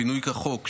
פינוי כחוק,